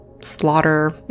slaughter